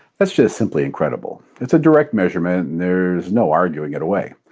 that's just simply incredible. it's a direct measurement, and there is no arguing it away.